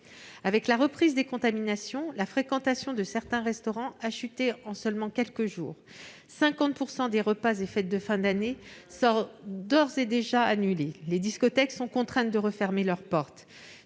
Avec la reprise des contaminations, la fréquentation de certains restaurants a chuté en seulement quelques jours. Pas moins de 50 % des repas et des fêtes de fin d'année sont d'ores et déjà annulés. Les discothèques sont contraintes de refermer leurs portes.